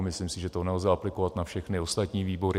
Myslím, že to nelze aplikovat na všechny ostatní výbory.